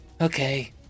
okay